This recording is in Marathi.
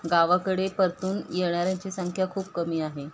गावाकडे परतून येणाऱ्याची संख्या खूप कमी आहे